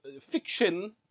fiction